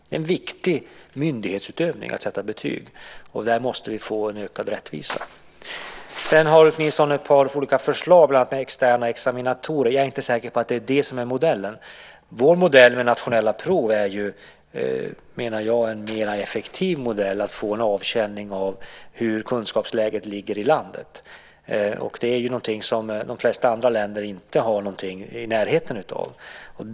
Det är en viktig myndighetsutövning att sätta betyg. Här måste vi få en ökad rättvisa. Sedan har Ulf Nilsson ett par olika förslag, bland annat om externa examinatorer. Jag är inte säker på att det är det som är modellen. Vår modell med nationella prov är, menar jag, en mer effektiv modell - att få en avkänning av hur kunskapsläget ligger i landet. Det är någonting som de flesta andra länder inte har någonting i närheten av.